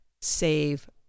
save